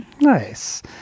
nice